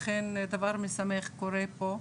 אכן דבר משמח קורה פה.